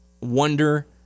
wonder